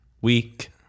week